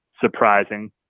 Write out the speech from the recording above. surprising